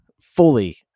fully